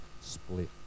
split